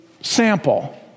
sample